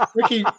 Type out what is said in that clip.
Ricky